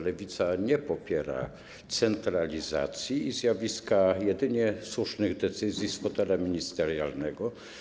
Lewica nie popiera centralizacji i zjawiska jedynie słusznych decyzji z fotela ministerialnego.